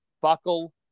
Buckle